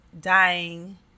dying